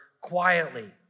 quietly